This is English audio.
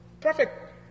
perfect